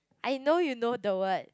I know you know the word